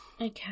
Okay